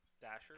Dasher